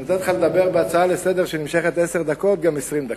היא נותנת לך לדבר בהצעה לסדר-היום שנמשכת עשר דקות גם 20 דקות,